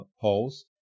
polls